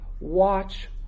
watch